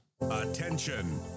Attention